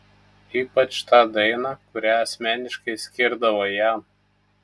ypač tą dainą kurią asmeniškai skirdavo jam